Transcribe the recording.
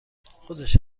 خودشه